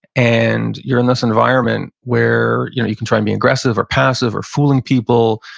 and you're in this environment where you know you can try to be aggressive or passive or fooling people.